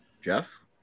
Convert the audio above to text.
jeff